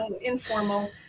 informal